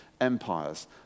empires